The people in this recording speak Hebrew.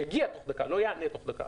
לא יענה תוך דקה.